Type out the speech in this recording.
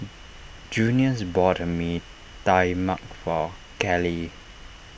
Junius bought Mee Tai Mak for Callie